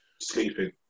sleeping